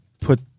put